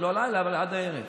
עד הערב.